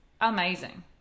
amazing